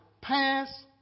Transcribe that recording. pass